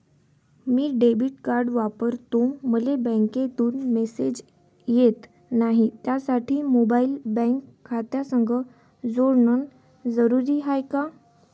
मी debit card वापरतो मले बँकेतून मॅसेज येत नाही, त्यासाठी मोबाईल बँक खात्यासंग जोडनं जरुरी हाय का?